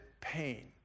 pain